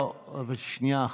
שנייה אחת.